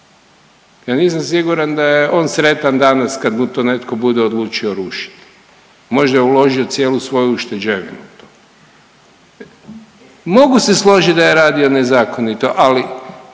ja nisam siguran da je on sretan danas kad mu to netko bude odlučio rušit. Možda je uložio cijelu svoju ušteđevinu. Mogu se složit da je radio nezakonito, ali